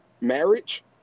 marriage